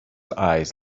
eyes